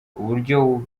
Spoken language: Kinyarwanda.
uburyo